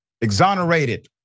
exonerated